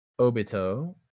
Obito